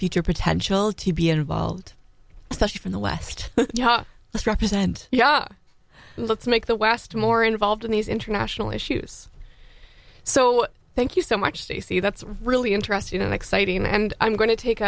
future potential to be involved especially from the west coast represent ya let's make the west more involved in these international issues so thank you so much stacy that's really interesting and exciting and i'm going to take